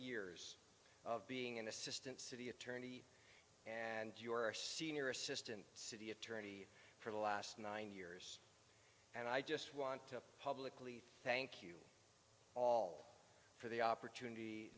years of being an assistant city attorney and your senior assistant city attorney for the last nine years and i just want to publicly thank you all for the opportunity